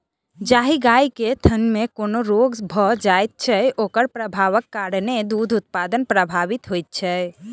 जाहि गाय के थनमे कोनो रोग भ जाइत छै, ओकर प्रभावक कारणेँ दूध उत्पादन प्रभावित होइत छै